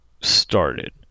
started